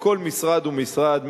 בכל משרד ומשרד,